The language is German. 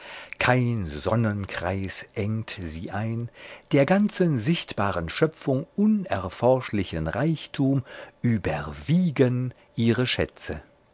kein sonnenkreis engt sie ein der ganzen sichtbaren schöpfung unerforschlichen reichtum überwiegen ihre schätze